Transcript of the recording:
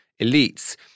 elites